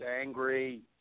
angry